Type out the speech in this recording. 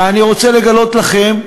ואני רוצה לגלות לכם,